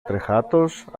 τρεχάτος